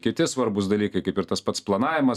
kiti svarbūs dalykai kaip ir tas pats planavimas